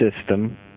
system